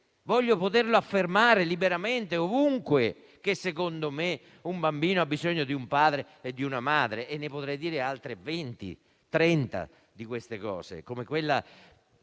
voglio poterlo affermare liberamente ovunque che, secondo me, un bambino ha bisogno di un padre e di una madre e ne potrei dire altre 20 o 30 di queste cose. Ricordo a